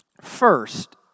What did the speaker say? First